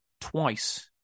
twice